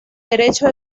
derecho